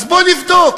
אז בואו נבדוק.